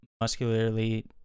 muscularly